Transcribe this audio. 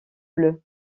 bleus